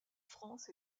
france